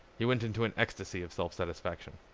he went into an ecstasy of self-satisfaction.